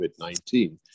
COVID-19